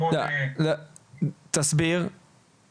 תסביר,